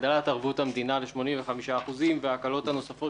הגדלת ערבות המדינה ל-85% וההקלות הנוספות